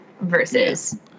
versus